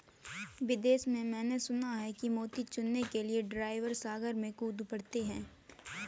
विदेश में मैंने सुना है कि मोती चुनने के लिए ड्राइवर सागर में कूद पड़ते हैं